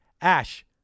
Ash